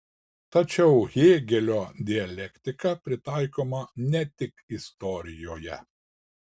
tačiau hėgelio dialektika pritaikoma ne tik istorijoje